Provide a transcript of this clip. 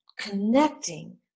connecting